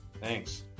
thanks